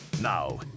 Now